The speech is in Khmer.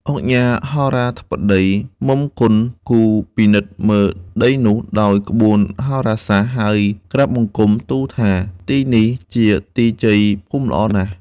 ឧកញ៉ាហោរាធិបតី មុំ គន់គូរពិនិត្យមើលដីនោះ ដោយក្បួនហោរាសាស្ត្រហើយក្រាបបង្គំទូលថា " ទីនេះជាទីជយភូមិល្អណាស់